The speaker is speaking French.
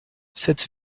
cette